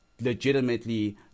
legitimately